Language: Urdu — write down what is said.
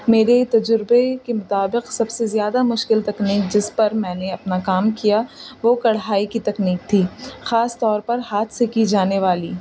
میرے تجربے کے مطابق سب سے زیادہ مشکل تکنیک جس پر میں نے اپنا کام کیا وہ کڑھائی کی تکنیک تھی خاص طور پر ہاتھ سے کی جانے والی